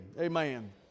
Amen